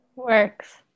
works